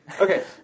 Okay